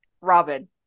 Robin